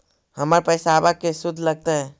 हमर पैसाबा के शुद्ध लगतै?